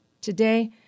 Today